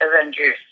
Avengers